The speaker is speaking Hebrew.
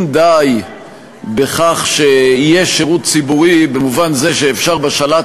די בכך שיהיה שידור ציבורי במובן הזה שאפשר בשלט